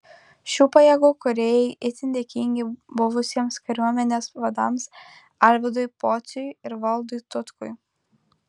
šių pajėgų kūrėjai itin dėkingi buvusiems kariuomenės vadams arvydui pociui ir valdui tutkui